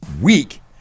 week